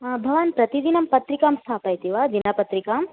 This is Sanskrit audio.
भवान् प्रतिदिनं पत्रिकां स्थापयति वा दिनपत्रिकां